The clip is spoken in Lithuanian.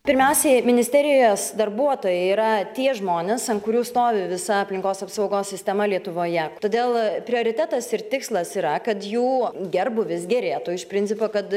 pirmiausiai ministerijos darbuotojai yra tie žmonės ant kurių stovi visa aplinkos apsaugos sistema lietuvoje todėl prioritetas ir tikslas yra kad jų gerbūvis gerėtų iš principo kad